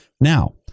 Now